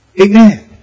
Amen